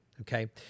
Okay